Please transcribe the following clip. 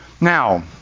Now